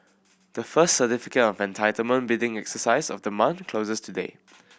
the first Certificate of Entitlement bidding exercise of the month closes today